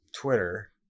Twitter